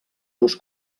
dos